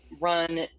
run